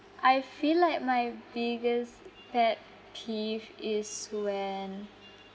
I feel like my biggest pet peeve is when